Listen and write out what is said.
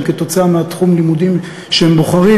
כתוצאה מתחום הלימודים שהם בוחרים.